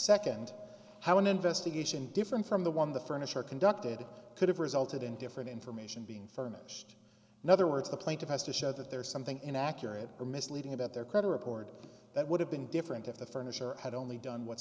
second how an investigation different from the one the furniture conducted could have resulted in different information being furnished in other words the plaintiff has to show that there is something inaccurate or misleading about their credit report that would have been different if the furniture had only done what